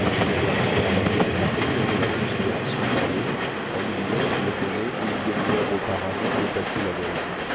ils disent avoir été arrêtés à paris lors de la conspiration mallet en oubliant qu'ils venaient une demi-heure auparavant de passer la bérésina